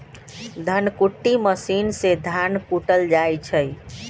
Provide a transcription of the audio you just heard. धन कुट्टी मशीन से धान कुटल जाइ छइ